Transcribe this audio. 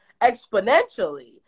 exponentially